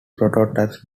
prototypes